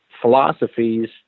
philosophies